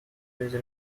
these